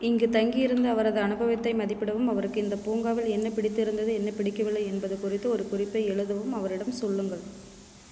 இங்கு தங்கியிருந்த அவரது அனுபவத்தை மதிப்பிடவும் அவருக்கு இந்தப் பூங்காவில் என்ன பிடித்திருந்தது என்ன பிடிக்கவில்லை என்பது குறித்து ஒரு குறிப்பை எழுதவும் அவரிடம் சொல்லுங்கள்